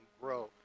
grow